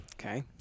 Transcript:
Okay